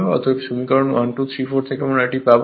অতএব সমীকরণ 1 2 3 4 থেকে আমরা এটি পাবো